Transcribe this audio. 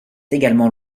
également